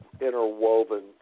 interwoven